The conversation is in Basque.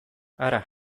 hara